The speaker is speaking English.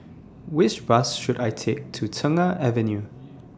Which Bus should I Take to Tengah Avenue